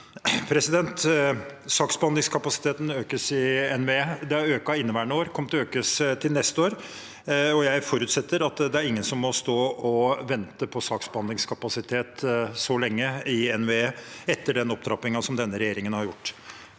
Saksbehand- lingskapasiteten økes i NVE. Den har økt i inneværende år og kommer til å øke neste år. Jeg forutsetter at ingen må stå å vente så lenge på saksbehandlingskapasitet i NVE etter den opptrappingen som denne regjeringen har gjort.